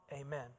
Amen